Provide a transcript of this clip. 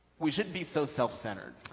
we shouldn't be so self-centered.